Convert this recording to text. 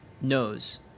knows